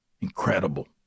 Incredible